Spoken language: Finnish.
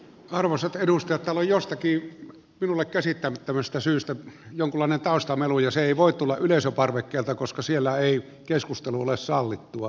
arvoisat edustajat täällä on jostakin minulle käsittämättömästä syystä jonkunlainen taustamelu ja se ei voi tulla yleisöparvekkeelta koska siellä ei keskustelu ole sallittua